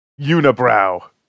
Unibrow